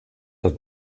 hat